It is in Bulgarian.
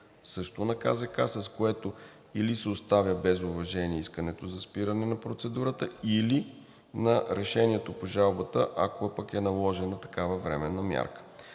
също на КЗК, с което или се оставя без уважение искането за спиране на процедурата, или на решението по жалбата, ако пък е наложена такава временна мярка.